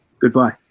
Goodbye